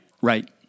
Right